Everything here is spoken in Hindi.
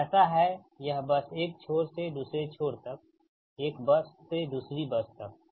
तो ऐसा है यह बस एक छोर से दूसरे छोर तक एक बस से दूसरी बस तक ठीक